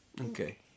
Okay